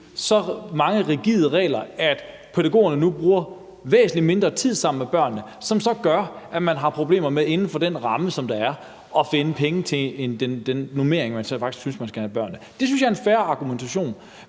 så mange rigide regler, at pædagogerne nu bruger væsentlig mindre tid sammen med børnene, hvilket så gør, at man inden for den ramme, der er, har problemer med at finde penge til den normering, man faktisk synes man skal have i forhold til børnene. Det synes jeg er en fair argumentation.